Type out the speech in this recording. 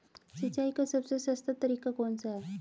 सिंचाई का सबसे सस्ता तरीका कौन सा है?